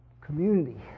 community